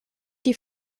die